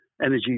energy